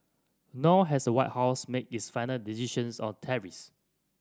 nor has the White House made its final decisions on tariffs